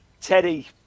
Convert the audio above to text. Teddy